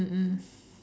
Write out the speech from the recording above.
mm mm